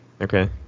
Okay